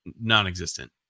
non-existent